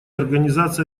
организация